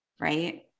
right